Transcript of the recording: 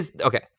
okay